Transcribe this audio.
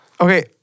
Okay